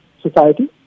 society